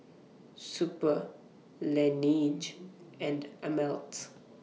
Super Laneige and Ameltz